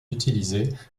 utilisés